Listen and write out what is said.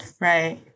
Right